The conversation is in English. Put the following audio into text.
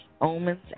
Omens